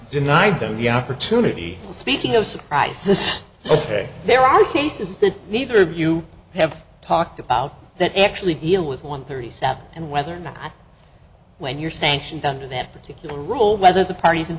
denied them the opportunity of speaking of surprises ok there are cases that neither of you have talked about that actually deal with one thirty seven and whether or not when you're sanctioned under that particular rule whether the parties